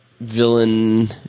villain